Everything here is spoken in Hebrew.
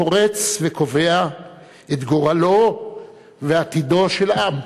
חורץ וקובע את גורלו ועתידו של עם.